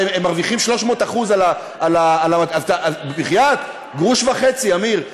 הרי הם מרוויחים 300%. בחייאת, גרוש וחצי, אמיר.